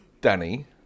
Danny